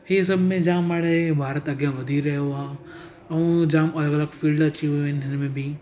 इहे सभ में जाम हाणे भारत अॻियां वधी रहियो आहे ऐं जाम अलॻि अलॻि फील्ड में अची वयूं आहिनि घर में बि